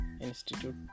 Institute